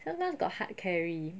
sometimes got hard carry